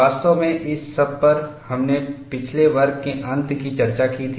वास्तव में इस सब पर हमने पिछले वर्ग के अंत की चर्चा की थी